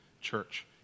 church